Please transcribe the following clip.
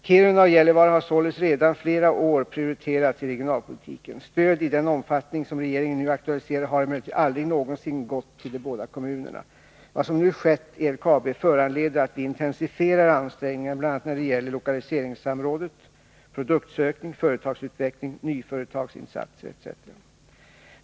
< Kiruna och Gällivare har således sedan flera år prioriterats i regionalpolitiken. Stöd i den omfattning som regeringen nu aktualiserar har emellertid aldrig någonsin gått till de båda kommunerna. Vad som nu skett i LKAB föranleder att vi intensifierar ansträngningarna bl.a. när det gäller lokaliseringsområdet, produktsökning, företagsutveckling, nyföretagsinsatser etc.